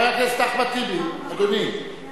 חבר הכנסת אחמד טיבי, אדוני,